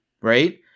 Right